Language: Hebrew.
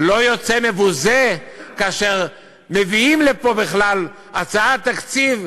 לא יוצא מבוזה כאשר מביאים לפה בכלל הצעת תקציב,